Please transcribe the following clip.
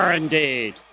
Indeed